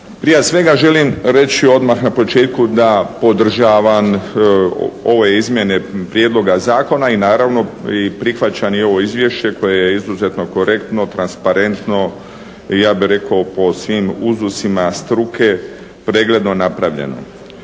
Prije svega želim reći odmah na početku da podržavam ove izmjene Prijedloga zakona i naravno i prihvaćam i ovo izvješće koje je izuzetno korektno, transparentno i ja bih rekao po svim uzusima struke pregledno napravljeno.